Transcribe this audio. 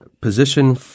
position